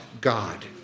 God